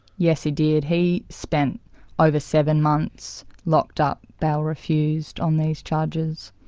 yes he did, he spent over seven months locked up, bail refused, on these charges.